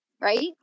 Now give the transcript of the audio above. right